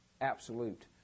absolute